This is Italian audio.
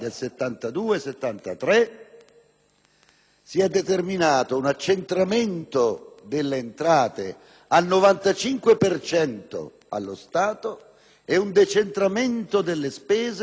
si è determinato un accentramento delle entrate al 95 per cento allo Stato e un decentramento delle spese al 50